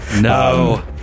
No